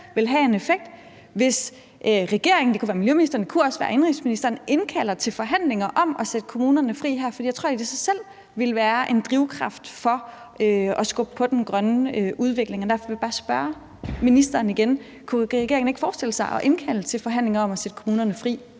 vil have en effekt, hvis regeringen – det kunne være miljøministeren, men det kunne også være indenrigsministeren – indkalder til forhandlinger om at sætte kommunerne fri. For jeg tror, at det i sig selv vil være en drivkraft for at skubbe på den grønne udvikling. Derfor vil jeg spørge ministeren igen: Kunne regeringen ikke forestille sig at indkalde til forhandlinger om at sætte kommunerne fri